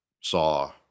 saw